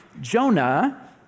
Jonah